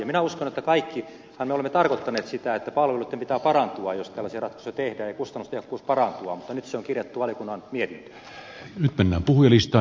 minä uskon että kaikkihan me olemme tarkoittaneet sitä että palveluitten pitää parantua jos tällaisia ratkaisuja tehdään ja kustannustehokkuuden parantua mutta nyt se on kirjattu valiokunnan mietintöön